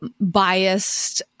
biased